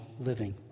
living